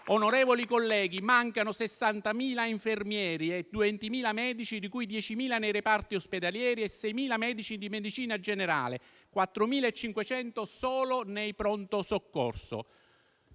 nazionale: mancano 60.000 infermieri e 20.000 medici, di cui 10.000 nei reparti ospedalieri e 6.000 nei reparti di medicina generale, 4.500 solo nei pronto soccorso.